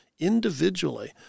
individually